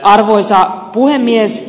arvoisa puhemies